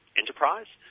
enterprise